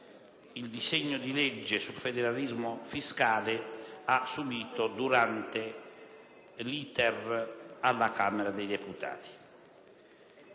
il disegno di legge sul federalismo fiscale ha subito durante l'*iter* alla Camera dei deputati.